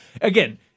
again